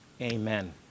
Amen